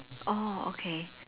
oh okay